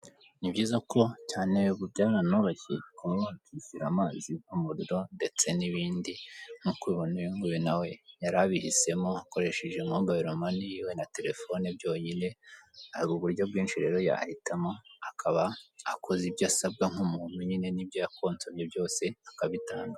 Ni biza ko cyane ubu byaranoroshye konte yishyura amazi n'umuriro ndetse n'ibindi, nk'uko ubibona uyu nguyu nawe yari abihisemo akoresheje mobiyilo mani yiwe na terefone byonyine, hari uburyo bwinshi rero yahitamo akaba akoze ibyo asabwa nk'umuntu n'ibyo yakonsomye byose akabitanga.